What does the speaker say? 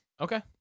Okay